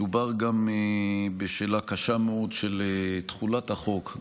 מדובר גם בשאלה קשה מאוד של תחולת החוק,